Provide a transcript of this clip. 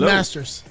Masters